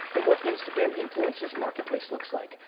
in what instagram influencers marketplace looks like.